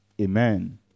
Amen